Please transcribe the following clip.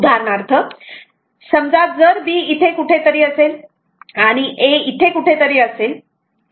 उदाहरणार्थ समजा जर B इथे कुठेतरी असेल आणि A इथे कुठेतरी असेल